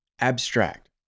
Abstract